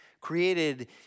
created